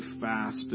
fast